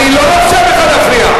אני לא אאפשר לך להפריע.